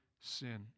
sin